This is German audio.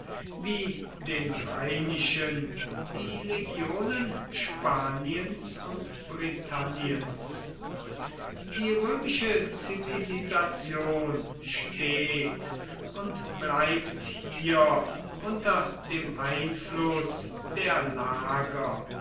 wie den rheinischen die legionen spaniens und britanniens die römische zivilisation steht und bleibt hier unter dem einfluß der lager